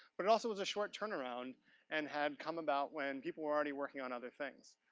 but it also was a short turnaround and had come about when people were already working on other things.